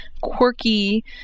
quirky